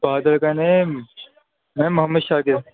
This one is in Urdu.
فادر کا نیم میم محمد صادق